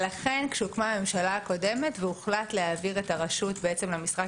לכן כשהוקמה הממשלה הקודמת והוחלט להעביר את הרשות למשרד